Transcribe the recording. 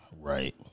Right